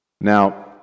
Now